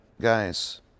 guys